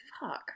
fuck